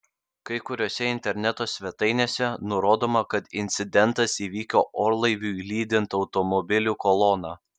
kai kuriose interneto svetainėse nurodoma kad incidentas įvyko orlaiviui lydint automobilių koloną